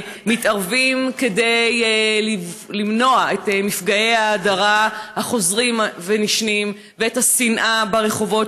מתערבים כדי למנוע את מפגעי ההדרה החוזרים והנשנים ואת השנאה ברחובות,